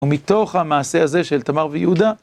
ומתוך המעשה הזה של תמר ויהודה,